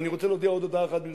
ואני רוצה להודיע עוד הודעה אחת,